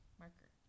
marker